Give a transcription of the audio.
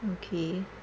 okay